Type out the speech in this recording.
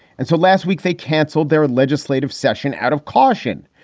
and so last week, they canceled their legislative session. out of caution,